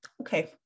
okay